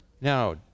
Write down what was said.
Now